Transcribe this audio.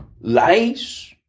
lies